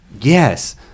Yes